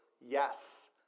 yes